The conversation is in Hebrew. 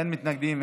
אין מתנגדים,